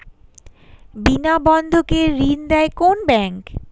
বিনা বন্ধকে ঋণ দেয় কোন ব্যাংক?